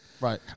Right